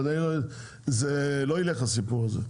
זה לא ילך הסיפור הזה.